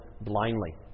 blindly